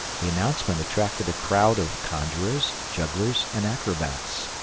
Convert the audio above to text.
the announcement attracted a crowd of conjurers, jugglers, and acrobats,